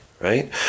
right